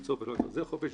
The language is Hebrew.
הציבור".